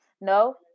No